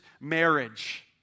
marriage